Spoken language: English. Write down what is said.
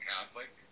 Catholic